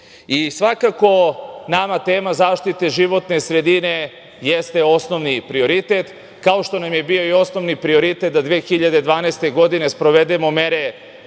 godine. Svakako nama tema zaštite životne sredine jeste osnovni prioritet, kao što nam je i bio osnovni prioritet da 2012. godine sprovedemo mere